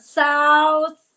south